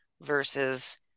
versus